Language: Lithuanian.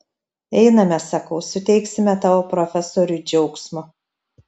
einame sakau suteiksime tavo profesoriui džiaugsmo